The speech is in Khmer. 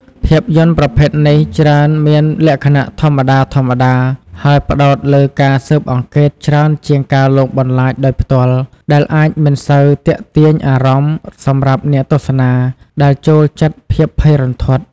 ភាពយន្តប្រភេទនេះច្រើនមានលក្ខណៈធម្មតាៗ ហើយផ្តោតលើការស៊ើបអង្កេតច្រើនជាងការលងបន្លាចដោយផ្ទាល់ ដែលអាចមិនសូវទាក់ទាញអារម្មណ៍សម្រាប់អ្នកទស្សនាដែលចូលចិត្តភាពភ័យរន្ធត់។